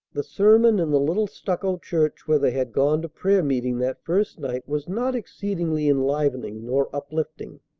the sermon in the little stucco church where they had gone to prayer meeting that first night was not exceedingly enlivening nor uplifting.